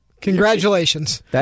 Congratulations